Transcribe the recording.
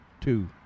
two